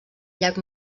llac